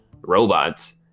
robots